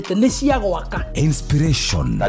Inspiration